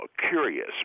curious